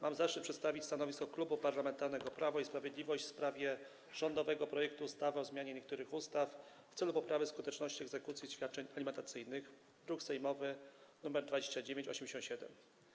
Mam zaszczyt przedstawić stanowisko Klubu Parlamentarnego Prawo i Sprawiedliwość w sprawie rządowego projektu ustawy o zmianie niektórych ustaw w celu poprawy skuteczności egzekucji świadczeń alimentacyjnych, druk sejmowy nr 2987.